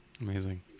Amazing